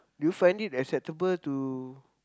do you find it acceptable to